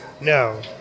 No